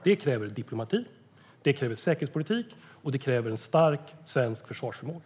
Det kräver diplomati, säkerhetspolitik och en stark svensk försvarsförmåga.